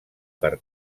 per